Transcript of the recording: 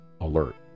alert